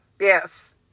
Yes